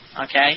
Okay